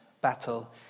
battle